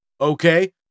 Okay